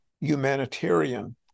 humanitarian